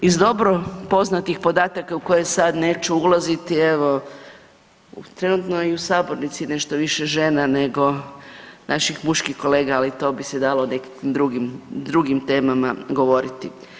Iz dobro poznatih podataka u koje sad neću ulaziti, evo, trenutno i u sabornici je nešto više žena nego naših muških kolega, ali to bi se dalo nekakvim drugim temama govoriti.